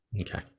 Okay